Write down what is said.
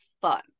fun